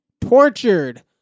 tortured